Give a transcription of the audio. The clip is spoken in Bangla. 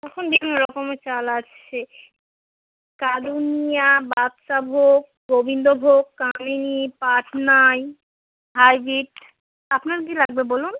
এখন বিভিন্ন রকমের চাল আসছে কালো নুনিয়া বাদশাভোগ গোবিন্দভোগ কামিনী পাটনাই আপনার কী লাগবে বলুন